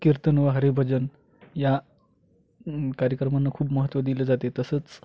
कीर्तन व हरिभजन या कार्यक्रमांना खूप महत्त्व दिलं जाते तसंच